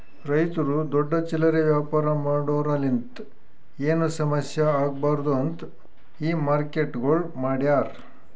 ರೈತುರು ದೊಡ್ಡ ಚಿಲ್ಲರೆ ವ್ಯಾಪಾರ ಮಾಡೋರಲಿಂತ್ ಏನು ಸಮಸ್ಯ ಆಗ್ಬಾರ್ದು ಅಂತ್ ಈ ಮಾರ್ಕೆಟ್ಗೊಳ್ ಮಾಡ್ಯಾರ್